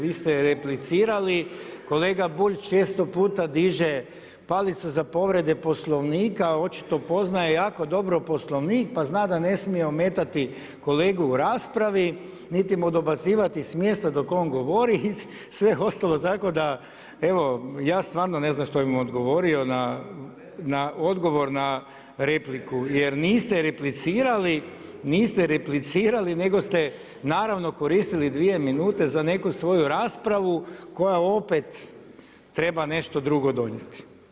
Vi ste replicirali, kolega Bulj često puta diže palice za povrede Poslovnika, očito poznaje jako dobro Poslovnik pa zna da ne smije ometati kolegu u raspravi niti mu dobacivati s mjesta dok on govori, sve je ostalo tako da ja stvarno ne znam što bih mu odgovorio na odgovor na repliku jer niste replicirali, niste replicirali nego ste naravno koristili 2 minute za neku svoju raspravu koja opet treba nešto drugo donijeti.